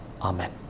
Amen